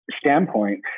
standpoint